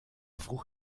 vroeg